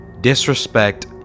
disrespect